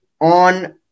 on